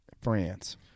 France